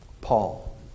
Paul